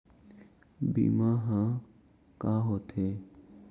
बीमा ह का होथे?